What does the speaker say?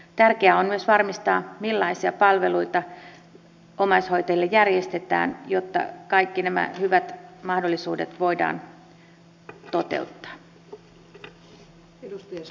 tärkeää on myös varmistaa millaisia palveluita omaishoitajille järjestetään jotta kaikki nämä hyvät mahdollisuudet voidaan toteuttaa